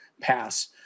pass